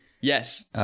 Yes